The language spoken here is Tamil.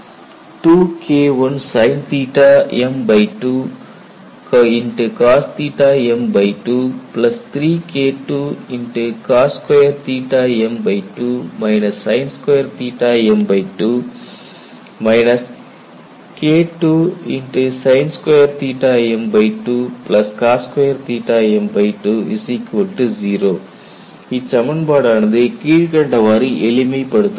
2K1sinm2cosm23KIIcos2m2 sin2m2 KIIsin2m2cos2m20 இச் சமன்பாடு ஆனது கீழ்கண்டவாறு எளிமை படுத்தப்படுகிறது